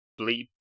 Bleep